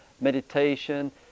meditation